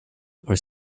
are